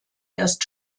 erst